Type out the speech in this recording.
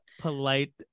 polite